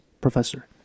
Professor